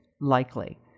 likely